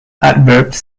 adverbs